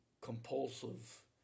compulsive